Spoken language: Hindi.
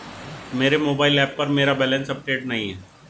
मेरे मोबाइल ऐप पर मेरा बैलेंस अपडेट नहीं है